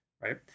right